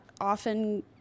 often